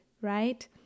right